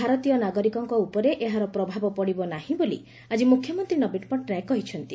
ଭାରତୀୟ ନାଗରିକଙ୍କ ଉପରେ ଏହାର ପ୍ରଭାବ ପଡ଼ିବ ନାହିଁ ବୋଲି ଆକି ମୁଖ୍ୟମନ୍ତୀ ନବୀନ ପଟ୍ଟନାୟକ କହିଛନ୍ତି